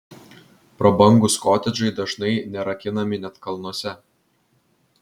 prabangūs kotedžai dažnai nerakinami net kalnuose